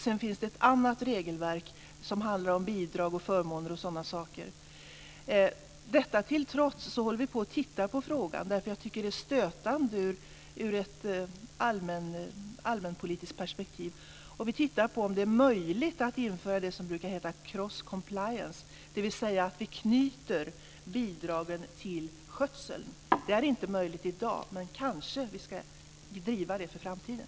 Sedan finns det ett annat regelverk som handlar om bidrag, förmåner och sådana saker. Detta till trots håller vi på och undersöker frågan, därför att jag tycker att detta är stötande ur ett allmänpolitiskt perspektiv. Vi tittar närmare på om det är möjligt att införa det som brukar heta cross compliance, dvs. att vi knyter bidragen till skötseln. Det är inte möjligt i dag, men kanske vi ska driva det för framtiden.